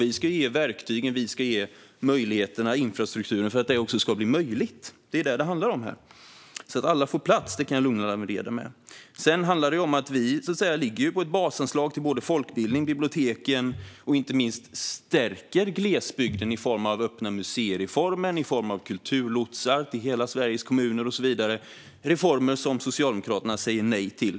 Vi ska ge verktygen, möjligheterna och infrastrukturen för att det också ska bli möjligt. Det är vad det handlar om. Alla får plats, det kan jag lugna Lawen Redar med. Vi ligger på ett basanslag till folkbildning och biblioteken, och inte minst stärker vi glesbygden med öppna-museer-reformen, kulturlotsar till hela Sveriges kommuner och så vidare. Det är reformer som Socialdemokraterna säger nej till.